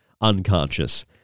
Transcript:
unconscious